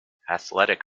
athletic